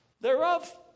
thereof